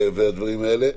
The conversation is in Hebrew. ובדברים האלה.